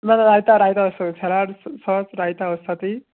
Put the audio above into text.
না না রায়তা রায়তা ওর সাথে স্যালাড সো সব রায়তা ওর সাথেই